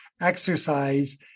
exercise